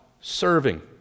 serving